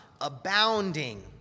abounding